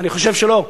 אני חושב שלא.